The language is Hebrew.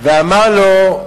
ואמר לו,